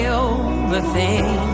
overthink